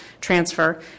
transfer